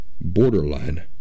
borderline